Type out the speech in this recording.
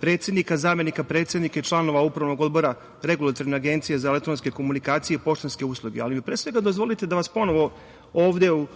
predsednika, zamenika predsednika i članova Upravnog odbora Regulatorne agencije za elektronske komunikacije i poštanske usluge. Pre svega dozvolite da vas ponovo ovde u